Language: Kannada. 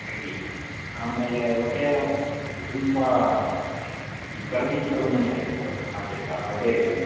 ಇಡ್ಲಿ ಆಮೇಲೆ ವಡೆ ತುಂಬ ಈ ಕರುಮ್ ಕರುಮ್ ಅಂತ ಹೇಳ್ತೀವಲ್ಲ ಆ ಟೈಪ್ ಆ ವಡೆಗಳಿರತ್ತೆ